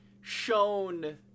shown